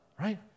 right